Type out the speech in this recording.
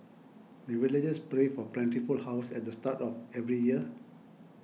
the villagers pray for plentiful harvest at the start of every year